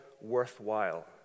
worthwhile